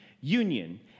union